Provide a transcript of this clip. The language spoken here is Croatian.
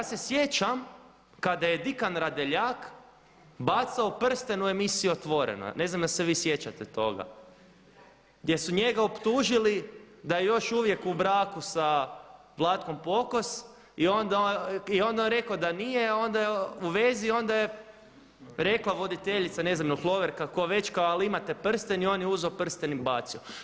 Ja se sjećam kada je Dikan Radeljak bacao prsten u emisiji Otvoreno, ne znam da li se vi sjećate toga gdje su njega optužili da je još uvijek u braku sa Vlatkom Pokos i onda je on rekao da nije u vezi, onda je rekla voditeljica, ne znam je li Hloverka ili tko već kao ali imate prsten i on je uzeo prsten i bacio.